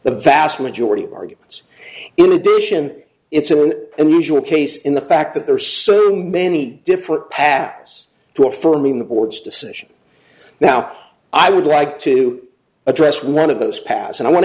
the vast majority of arguments in addition it's an unusual case in the fact that there are so many different pass to affirming the board's decision now i would like to address one of those pass and i want